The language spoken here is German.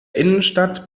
innenstadt